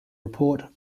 report